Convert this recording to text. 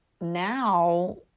now